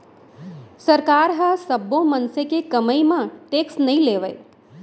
सरकार ह सब्बो मनसे के कमई म टेक्स नइ लेवय